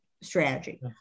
strategy